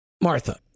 Martha